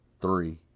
three